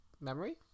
memory